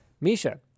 Misha